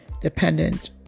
dependent